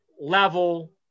level